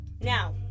Now